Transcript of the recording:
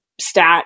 stat